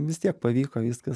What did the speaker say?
vis tiek pavyko viskas